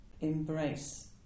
embrace